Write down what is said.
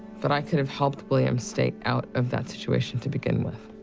but i could have helped william stay out of that situation to begin with.